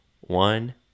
one